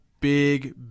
big